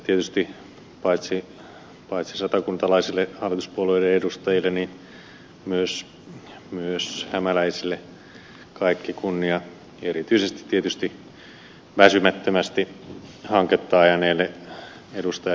tästä tietysti paitsi satakuntalaisille hallituspuolueiden edustajille niin myös hämäläisille kaikki kunnia erityisesti tietysti väsymättömästi hanketta ajaneelle ed